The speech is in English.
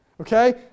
Okay